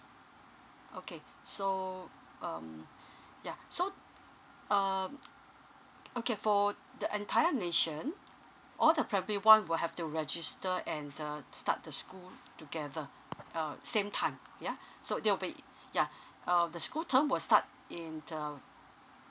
okay so um yeah so um okay for the entire nation all the primary one will have to register and uh start the school together uh same time yeah so they will bei~ yeah um the school term will start in the